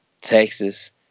Texas